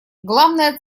главная